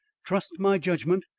trust my judgment,